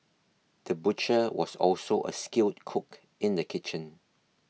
the butcher was also a skilled cook in the kitchen